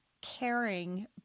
caring